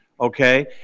Okay